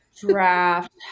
Draft